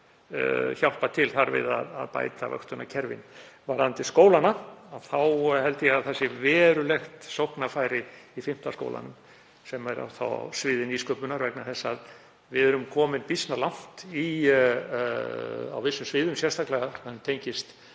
hjálpað til þar við að bæta vöktunarkerfin. Varðandi skólana held ég að verulegt sóknarfæri sé í fimmta skólanum sem væri þá á sviði nýsköpunar vegna þess að við erum komin býsna langt á vissum sviðum, sérstaklega sem tengjast